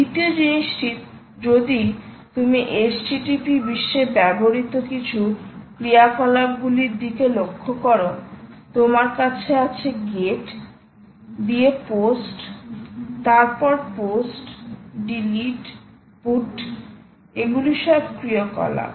দ্বিতীয় জিনিসটি যদি তুমি HTTP বিশ্বে ব্যবহৃত কিছু ক্রিয়াকলাপগুলির দিকে লক্ষ্য কর তোমার কাছে আছে গেট দিয়ে পোস্ট তারপর পোস্ট ডিলিট পুট এগুলি সব ক্রিয়াকলাপ